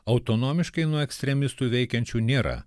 autonomiškai nuo ekstremistų veikiančių nėra